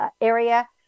area